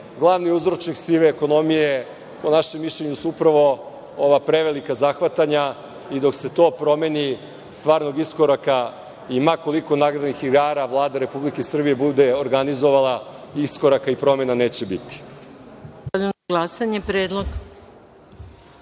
Glavni uzročnik sive ekonomije po našem mišljenju su upravo ova prevelika zahvatanja i dok se to promeni, stvar od iskoraka i ma koliko nagradnih igara Vlada Republike Srbije bude organizovala, iskoraka i promena neće biti. **Maja Gojković**